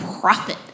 profit